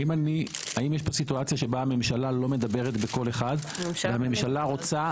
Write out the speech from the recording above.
האם יש פה סיטואציה שבה הממשלה לא מדברת בקול אחד והממשלה רוצה